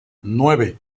nueve